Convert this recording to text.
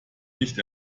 nicht